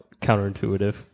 counterintuitive